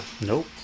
Nope